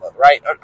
right